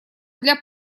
для